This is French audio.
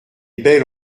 belle